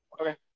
Okay